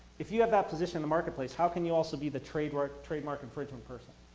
if you have that position in the marketplace, how can you also be the trademark trademark infringement person?